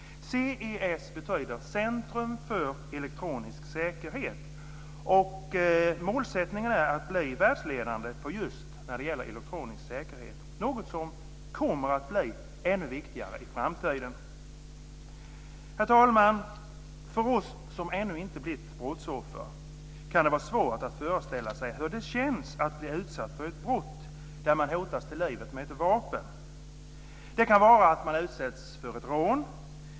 CES betyder Centrum för Elektronisk Säkerhet. Målsättningen är att man ska bli världsledande just när det gäller elektronisk säkerhet, något som kommer att bli ännu viktigare i framtiden. Herr talman! För oss som ännu inte har blivit brottsoffer kan det vara svårt att föreställa oss hur det känns att bli utsatt för ett brott då man hotas till livet med ett vapen. Det kan vara att man utsätts för ett rån.